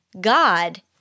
God